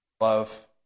love